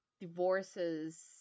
divorces